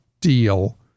deal